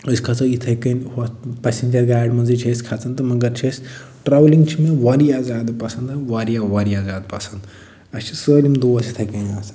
أسۍ کھَسو یِتھٕے کنۍ ہوٚتھ پَسینجَر گاڑِ مَنٛزٕے چھِ أسۍ کھَسان تہٕ مگر چھِ أسۍ ٹرٛاولِنٛگ چھِ مےٚ واریاہ زیادٕ پَسَنٛد نا واریاہ واریاہ زیادٕ پَسَنٛد اَسہِ چھِ سٲلِم دوس یِتھٕے کٔنۍ آسان